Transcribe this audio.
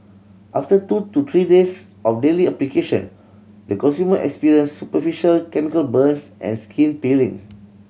after two to three days of daily application the consumer experienced superficial chemical burns and skin peeling